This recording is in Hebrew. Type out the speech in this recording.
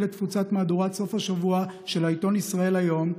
את תפוצת מהדורת סוף השבוע של העיתון ישראל היום,